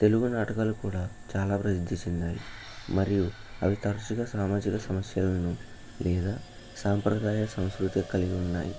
తెలుగు నాటకాలు కూడ చాలా ప్రసిద్ది చెందాయి మరియు అవి తరచుగా సామాజిక సమస్యలను లేదా సాంప్రదాయ సంస్కృతిక కలిగిఉన్నాయి